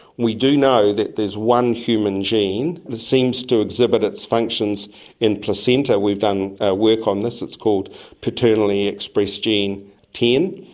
we do know that there is one human gene that seems to exhibit its functions in placenta. we've done work on this, it's called paternally expressed gene ten,